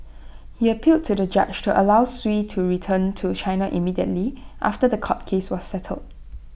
he appealed to the judge to allow Sui to return to China immediately after The Court case was settled